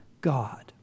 God